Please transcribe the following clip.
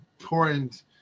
important